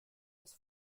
his